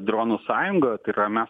dronų sąjungoje tai yra na